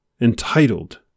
entitled